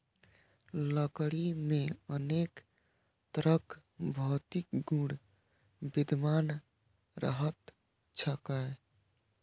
लकड़ी मे अनेक तरहक भौतिक गुण विद्यमान रहैत छैक